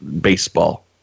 baseball